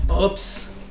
Oops